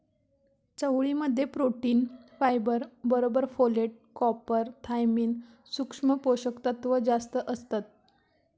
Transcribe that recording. चवळी मध्ये protein, fibre बरोबर फोलेट, कॉपर, थायमिन, सुक्ष्म पोषक तत्त्व जास्तं असतत